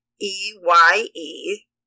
E-Y-E